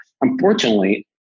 Unfortunately